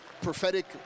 prophetic